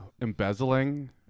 embezzling